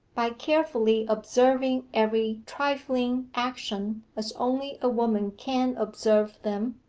by carefully observing every trifling action, as only a woman can observe them,